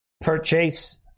purchase